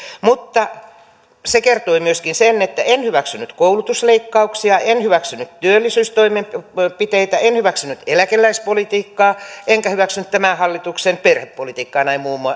se kertoi myöskin sen että en hyväksynyt koulutusleikkauksia en hyväksynyt työllisyystoimenpiteitä en hyväksynyt eläkeläispolitiikkaa enkä hyväksynyt tämän hallituksen perhepolitiikkaa näin